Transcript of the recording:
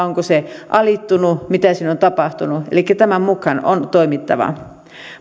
onko se alittunut mitä sille on tapahtunut elikkä tämän mukaan on toimittava